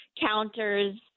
counters